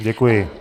Děkuji.